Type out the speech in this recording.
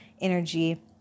energy